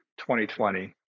2020